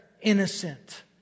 innocent